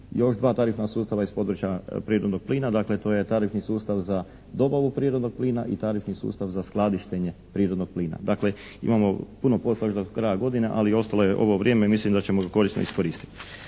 još dva tarifna sustava iz područja prirodnog plina. Dakle, to je tarifni sustav za dobavu prirodnog plina i tarifni sustav za skladištenje prirodnog plina. Dakle, imamo puno posla još do kraja godine, ali ostalo je ovo vrijeme, mislim da ćemo ga korisno iskoristiti.